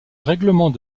règlement